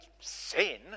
sin